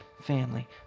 family